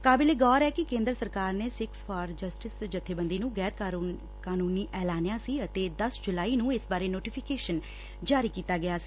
ਕਾਬਿਲੇ ਗੌਰ ਏ ਕਿ ਕੇਂਦਰ ਸਰਕਾਰ ਨੇ ਸਿੱਖਸ ਫਾਰ ਜਸਟਿਸ ਜੱਥੇਬੰਦੀ ਨੂੰ ਗੈਰ ਕਾਨੂੰਨੀ ਐਲਨਿਆ ਸੀ ਅਤੇ ਦਸ ਜੁਲਾਈ ਨੂੰ ਇਸ ਬਾਰੇ ਨੋਟੀਫਿਕੇਸ਼ਨ ਜਾਰੀ ਕੀਤਾ ਗਿਆ ਸੀ